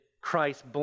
Christ